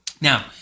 Now